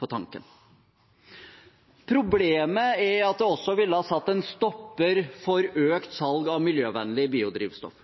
på tanken. Problemet er at det også ville ha satt en stopper for økt salg av miljøvennlig biodrivstoff.